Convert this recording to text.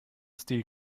stil